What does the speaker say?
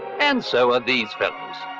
and so are these fellows.